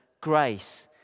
grace